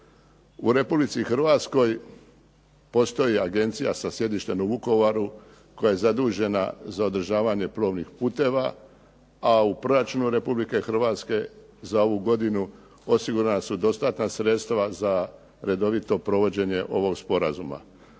U RH postoji agencija sa sjedištem u Vukovaru koja je zadužena za održavanje plovnih puteva, a u proračunu RH za ovu godinu osigurana su dostatna sredstva za redovito provođenje ovog sporazuma.